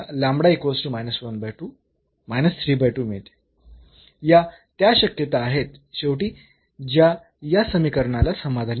तर येथून आपल्याला मिळते या त्या शक्यता आहेत शेवटी ज्या या समीकरणाला समाधानी करतात